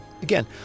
Again